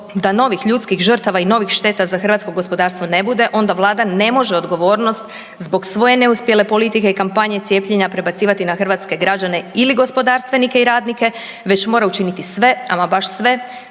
da novih ljudskih žrtava i novih šteta za hrvatsko gospodarstvo ne bude onda vlada ne može odgovornost zbog svoje neuspjele politike i kampanje cijepljenja prebacivati na hrvatske građane ili gospodarstvenike i radnike već mora učiniti sve, ama baš sve